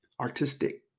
artistic